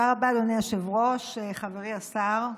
אדוני היושב-ראש, חברי השר,